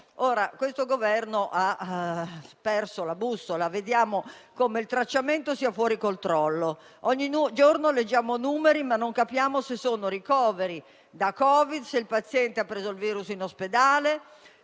Questo Governo ha perso la bussola: il tracciamento è fuori controllo, ogni giorno leggiamo numeri, ma non capiamo se sono ricoveri da Covid-19 o se il paziente ha preso il virus in ospedale,